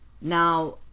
now